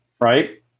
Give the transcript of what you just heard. right